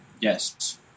Yes